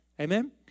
Amen